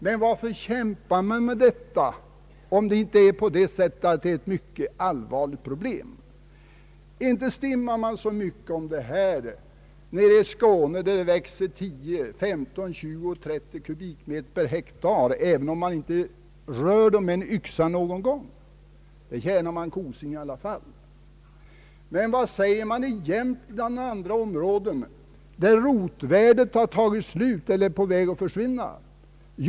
Men varför kämpar man för detta, om det inte är ett mycket allvarligt problem? Ja, inte stimmar man så mycket om den här saken nere i Skåne, där det växer 10, 15, 20, 30 kubikmeter skog per hektar, även om man aldrig rör den med en yxa. Där tjänar man pengar i alla fall. Men vad säger man i Jämtland eller på andra håll där rotvärdet på skogen är på väg att försvinna eller redan har upphört.